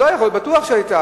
לא יכול להיות, בטוח שהיתה.